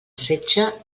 setge